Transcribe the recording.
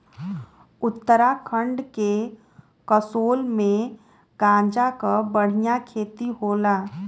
उत्तराखंड के कसोल में गांजा क बढ़िया खेती होला